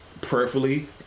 prayerfully